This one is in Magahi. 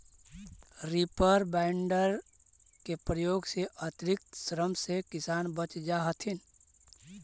रीपर बाइन्डर के प्रयोग से अतिरिक्त श्रम से किसान बच जा हथिन